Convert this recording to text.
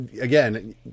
again